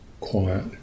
quiet